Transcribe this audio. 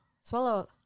Swallow